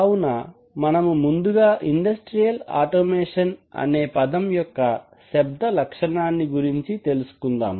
కావున మనము ముందుగా ఇండస్ట్రియల్ ఆటోమేషన్ అనే పదం యొక్క శబ్ద లక్షణాన్ని తెలుసుకుందాం